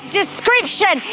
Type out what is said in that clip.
description